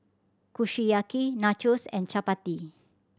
Kushiyaki Nachos and Chapati